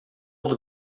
over